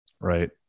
right